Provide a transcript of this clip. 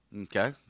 Okay